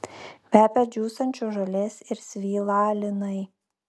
kvepia džiūstančios žolės ir svylą linai